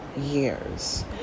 years